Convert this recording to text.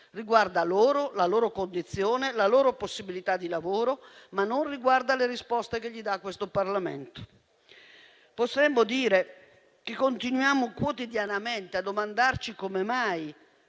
Riguarda loro, la loro condizione, la loro possibilità di lavoro, ma non le risposte che dà loro questo Parlamento. Potremmo dire che continuiamo quotidianamente a domandarci come mai